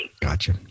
Gotcha